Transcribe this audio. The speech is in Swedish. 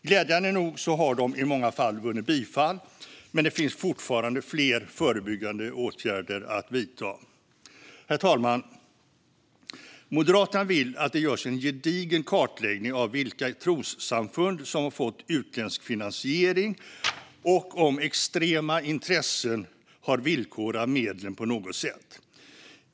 Glädjande nog har de i många fall vunnit bifall, men det finns fortfarande fler förebyggande åtgärder att vidta. Herr talman! Moderaterna vill att det görs en gedigen kartläggning av vilka trossamfund som har fått utländsk finansiering och om extrema intressen har villkorat medlen på något sätt.